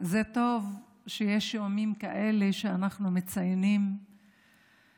זה טוב שיש ימים כאלה שבהם אנחנו מציינים סוגיות